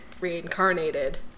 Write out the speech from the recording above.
reincarnated